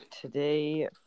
today